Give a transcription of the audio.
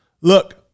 Look